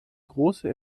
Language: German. große